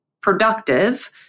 productive